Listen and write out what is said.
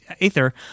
Aether